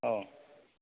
औ